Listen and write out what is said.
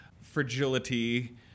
fragility